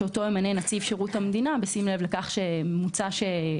שאותו ימנה נציב שירות המדינה בשים לב לכך שם יהיו